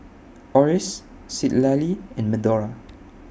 Oris Citlali and Medora